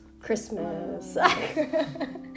Christmas